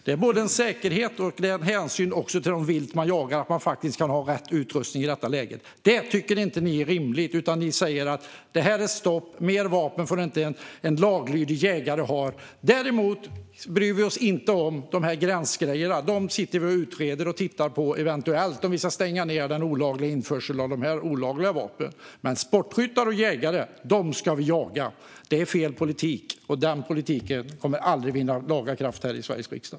Det är både en fråga om säkerhet och en fråga om hänsyn till det vilt man jagar att man kan ha rätt utrustning i detta läge. Det tycker inte ni är rimligt, utan ni säger: Stopp, mer vapen får inte en laglydig jägare ha! Däremot bryr vi oss inte om de här gränsfrågorna, för dem sitter vi och utreder och tittar på om vi eventuellt ska stänga ned den olagliga införseln av olagliga vapen. Men sportskyttar och jägare ska vi jaga! Det är fel politik, och den politiken kommer aldrig att vinna laga kraft här i Sveriges riksdag.